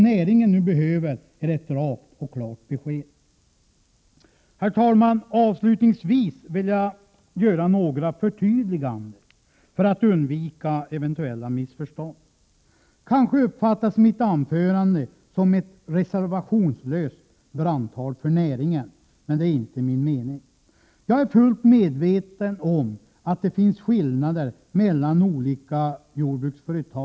Näringen behöver ett rakt och klart besked. Herr talman! Avslutningsvis vill jag göra några förtydliganden för att undvika eventuella missförstånd. Mitt anförande uppfattas kanske som ett reservationslöst brandtal för näringen. Det är dock inte min mening. Jag är fullt medveten om att det finns skillnader mellan olika jordbruksföretag.